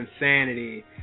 insanity